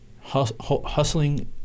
hustling